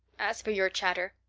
as for your chatter,